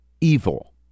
evil